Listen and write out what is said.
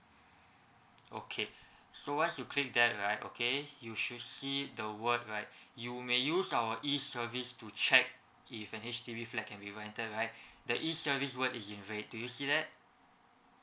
okay so once you click that right okay you should see the word right you may use our e service to check if an H_D_B flat can be rented right the e service word is red do you see that